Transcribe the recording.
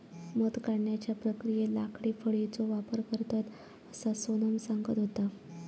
मध काढण्याच्या प्रक्रियेत लाकडी फळीचो वापर करतत, असा सोनम सांगत होता